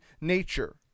nature